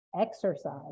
exercise